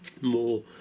more